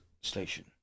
station